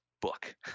book